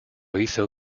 hizo